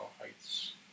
Heights